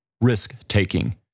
risk-taking